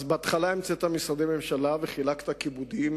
בהתחלה המצאת משרדי ממשלה וחילקת כיבודים